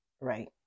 right